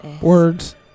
Words